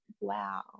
wow